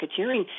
racketeering